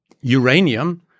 uranium